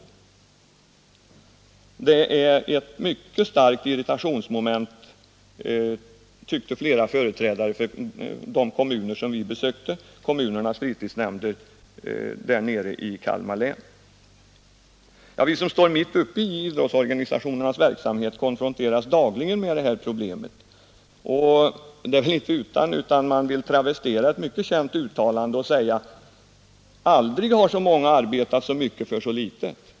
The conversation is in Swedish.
Flera företrädare för fritidsnämnderna i de kommuner som vi besökte i Kalmar län tyckte att detta var ett mycket starkt irritationsmoment. Vi som står mitt uppe i idrottsorganisationernas verksamhet konfronteras dagligen med detta problem, och det är väl inte utan att man vill travestera ett mycket känt uttalande och säga: aldrig har så många arbetat så mycket för så litet.